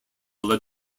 led